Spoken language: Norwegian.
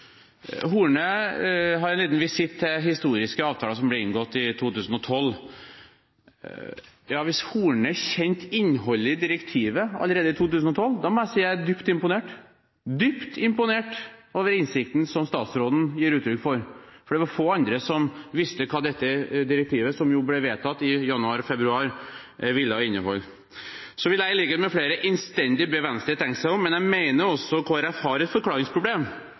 Horne hadde en liten visitt til den historiske avtalen som ble inngått i 2012. Hvis Horne kjente til innholdet i direktivet allerede i 2012, må jeg si jeg er dypt imponert – dypt imponert – over innsikten som statsråden gir uttrykk for, for det var få andre som visste hva dette direktivet, som ble vedtatt i februar, ville inneholde. Så vil jeg – i likhet med flere – innstendig be Venstre om å tenke seg om. Jeg mener også Kristelig Folkeparti har et forklaringsproblem